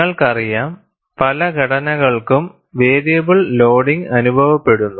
നിങ്ങൾക്കറിയാം പല ഘടനകൾക്കും വേരിയബിൾ ലോഡിംഗ് അനുഭവപ്പെടുന്നു